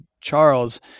charles